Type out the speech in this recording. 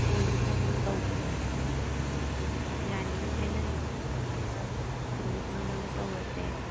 ꯑꯣꯏꯅꯅꯕꯗꯨ ꯇꯧꯁꯦ ꯍꯥꯏꯕ ꯑꯗꯨꯒ ꯌꯥꯔꯤꯉꯩ ꯍꯥꯏꯅꯈꯤꯕ ꯃꯇꯝꯗꯨꯗ ꯌꯧꯔꯛꯅꯅꯕ ꯇꯧꯔꯁꯦ